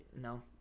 No